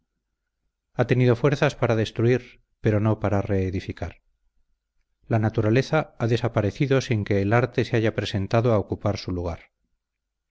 ha tenido fuerzas para destruir pero no para reedificar la naturaleza ha desaparecido sin que el arte se haya presentado a ocupar su lugar